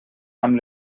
amb